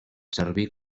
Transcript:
serví